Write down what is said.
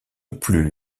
plus